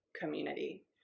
community